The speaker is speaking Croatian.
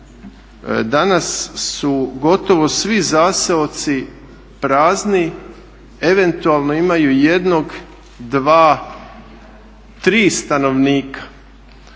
danas su gotovo svi zaseoci prazni, eventualno imaju jednog, dva, tri stanovnika.